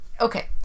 Okay